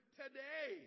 today